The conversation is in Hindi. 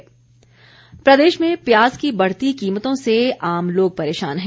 प्याज प्रदेश में प्याज की बढ़ती कीमतों से आम लोग परेशान हैं